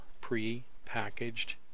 pre-packaged